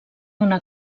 una